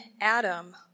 Adam